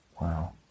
Wow